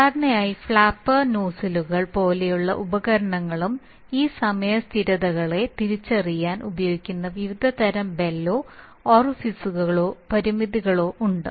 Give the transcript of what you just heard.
സാധാരണയായി ഫ്ലാപ്പർ നോസലുകൾ പോലുള്ള ഉപകരണങ്ങളും ഈ സമയ സ്ഥിരതകളെ തിരിച്ചറിയാൻ ഉപയോഗിക്കുന്ന വിവിധതരം ബെല്ലോ ഓറിഫിസുകളോ പരിമിതികളോ ഉണ്ട്